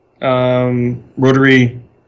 rotary